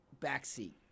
backseat